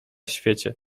świecie